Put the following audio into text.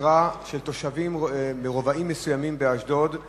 מהשגרה של תושבים מרבעים מסוימים באשדוד.